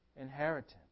inheritance